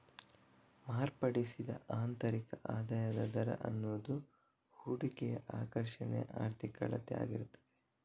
ಮಾರ್ಪಡಿಸಿದ ಆಂತರಿಕ ಆದಾಯದ ದರ ಅನ್ನುದು ಹೂಡಿಕೆಯ ಆಕರ್ಷಣೆಯ ಆರ್ಥಿಕ ಅಳತೆ ಆಗಿರ್ತದೆ